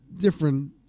different